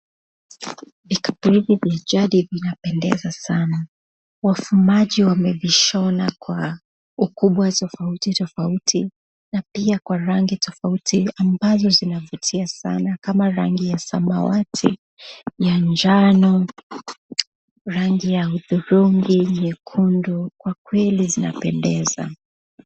Vikapu vya jadi vinapendeza sana. Wafumaji wamevishona kwa ukubwa tofauti tofauti na pia kwa rangi tofauti tofauti ambazo zinavutia sana kama rangi ya samawati, ya njano, rangi ya udhurungi, nyekundu. Kwa kweli vinapendeza.